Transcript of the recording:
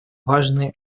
важные